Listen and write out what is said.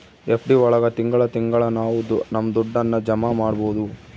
FD ಒಳಗ ತಿಂಗಳ ತಿಂಗಳಾ ನಾವು ನಮ್ ದುಡ್ಡನ್ನ ಜಮ ಮಾಡ್ಬೋದು